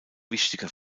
wichtiger